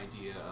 idea